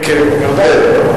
כן, ודאי.